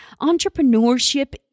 entrepreneurship